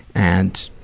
and